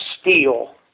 steel